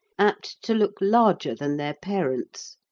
apt to look larger than their parents,